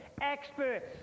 Experts